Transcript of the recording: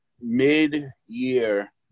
mid-year